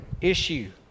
issue